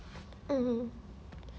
mm